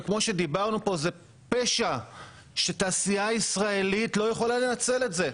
וכמו שדיברנו פה זה פשע שהתעשייה הישראלית לא יכולה לנצל את זה.